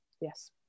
yes